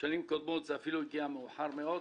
בשנים קודמות זה אפילו הגיע מאוחר מאוד.